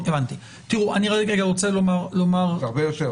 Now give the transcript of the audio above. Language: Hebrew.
זה הרבה יותר.